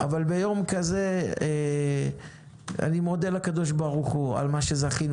אבל ביום כזה אני מודה לקב"ה על מה שזכינו